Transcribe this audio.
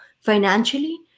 financially